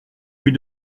plus